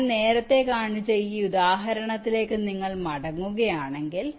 ഞാൻ നേരത്തെ കാണിച്ച ഈ ഉദാഹരണത്തിലേക്ക് നിങ്ങൾ മടങ്ങുകയാണെങ്കിൽ